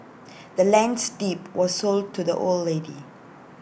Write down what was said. the land's deed was sold to the old lady